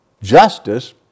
justice